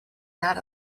that